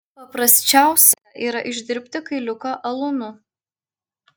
paprasčiausia yra išdirbti kailiuką alūnu